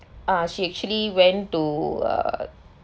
ah she actually went to err